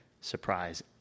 surprise